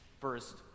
First